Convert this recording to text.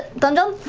donjon?